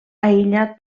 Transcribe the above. aïllat